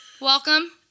welcome